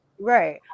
Right